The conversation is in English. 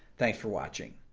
thanks for watching